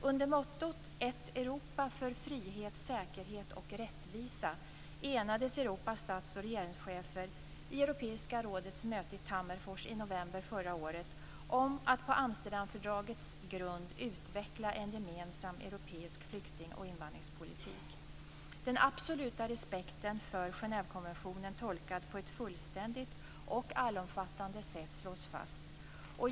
Under mottot "Ett Europa för frihet, säkerhet och rättvisa" enades Europas stats och regeringschefer på Europeiska rådets möte i Tammerfors i november förra året om att på Amsterdamfördragets grund utveckla en gemensam europeisk flykting och invandringspolitik. Den absoluta respekten för Genèvekonventionen tolkad på ett fullständigt och allomfattande sätt slås fast.